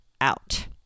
out